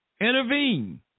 intervene